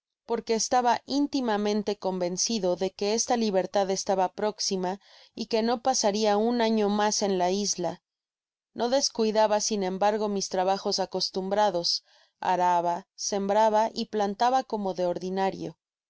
porque estaba intimamente convencido que esta libertad estaba próxima y que no pasaria un año mas en la isla no descuidaba sia embargo mis trabajos acostumbrados araba sembraba y plantaba como de ordinario